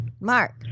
Mark